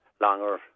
longer